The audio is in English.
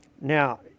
Now